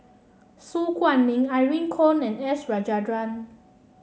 Su Guaning Irene Khong and S Rajendran